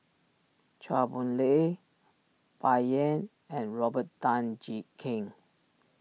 Chua Boon Lay Bai Yan and Robert Tan Jee Keng